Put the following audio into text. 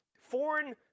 foreign